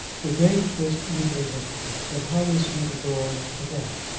the date was easily written, but how was he to go on after that?